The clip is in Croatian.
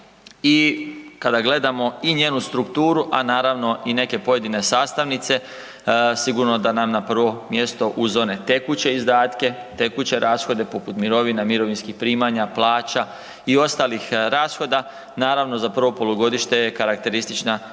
i kada gledamo i njenu strukturu, a naravno i neke pojedine sastavnice, sigurno da nam na prvo mjesto uz one tekuće izdatke, tekuće rashode poput mirovina, mirovinskih primanja, plaća i ostalih rashoda za prvo polugodište je karakteristična